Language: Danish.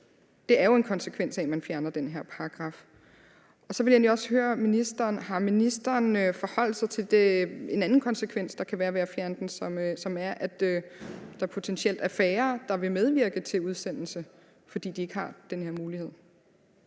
Det er jo en konsekvens af, at man fjerner den her paragraf. Så ville jeg egentlig også høre ministeren: Har ministeren forholdt sig til en anden konsekvens, der kan være, af at fjerne den, som er, at der potentielt er færre, der vil medvirke til udsendelse, fordi de ikke har den her mulighed?